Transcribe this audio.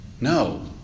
No